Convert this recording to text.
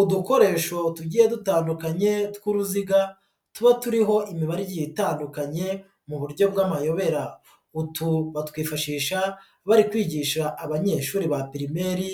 Udukoresho tugiye dutandukanye tw'uruziga tuba turiho imibare igiye itandukanye mu buryo bw'amayobera, utu batwifashisha bari kwigisha abanyeshuri ba pirimeri